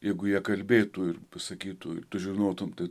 jeigu jie kalbėtų ir pasakytų tu žinotum tai